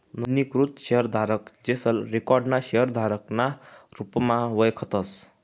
नोंदणीकृत शेयरधारक, जेसले रिकाॅर्ड ना शेयरधारक ना रुपमा वयखतस